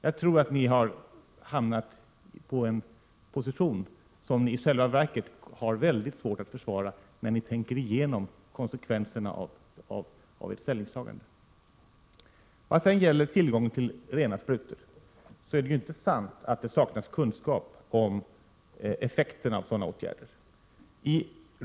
Jag tror att ni har hamnat på en position som ni i själva verket har väldigt svårt att försvara när ni tänker igenom konsekvenserna av ert ställningstagande. Vad sedan gäller tillgången till rena sprutor är det inte sant att det saknas kunskap om effekterna av sådana åtgärder.